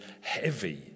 heavy